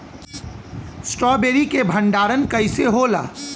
Strawberry के भंडारन कइसे होला?